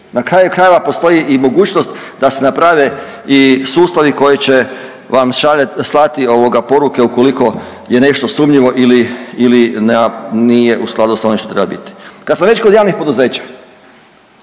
Na kraju krajeva postoji i mogućnost da se naprave i sustavi koji će vam slati ovoga poruke ukoliko je nešto sumnjivo ili, ili nije u skladu s onim što treba biti. Kad sam već kod javnih poduzeća,